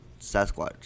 Sasquatch